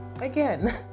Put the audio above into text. again